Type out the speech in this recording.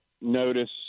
notice